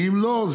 ואם לא,